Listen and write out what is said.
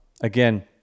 again